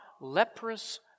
leprous